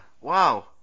Wow